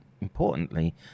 importantly